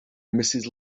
mrs